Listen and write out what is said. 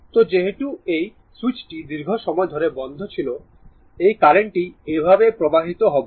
তো যেহেতু এই সুইচটি দীর্ঘ সময় ধরে বন্ধ ছিল এই কারেন্টটি এভাবে প্রবাহিত হবে